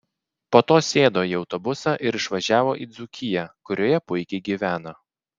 po to sėdo į autobusą ir išvažiavo į dzūkiją kurioje puikiai gyveno